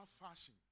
fashion